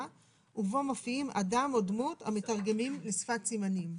ובו מופיעים אדם או דמות המתרגמים לשפת סימנים.